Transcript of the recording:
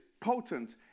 potent